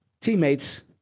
teammates